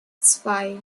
zwei